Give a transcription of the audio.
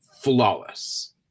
flawless